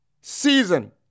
season